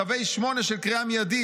צווי 8 של קריאה מיידית,